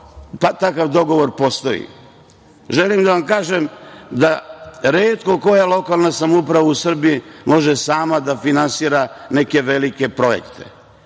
takav dogovor postoji? Želim da vam kažem da retko koja lokalna samouprava u Srbiji može sama da finansira neke velike projekte.